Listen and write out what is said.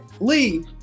Leave